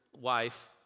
wife